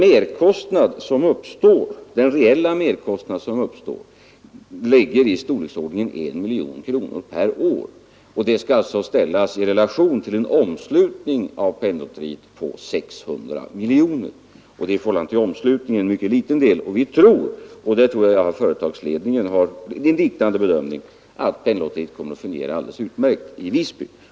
byråkratin g Den reella merkostnad som uppstår är i storleksordningen 1 miljon den samhälleliga kronor per år. Det skall ställas i relation till Penninglotteriets omslutning verksamheten på 600 miljoner kronor. Det är alltså i förhållande till omslutningen en mycket liten del. Vi tror — och jag har den uppfattningen att företagsledningen har en liknande bedömning — att Penninglotteriet kommer att fungera alldeles utmärkt i Visby.